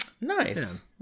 Nice